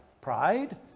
Pride